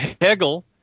Hegel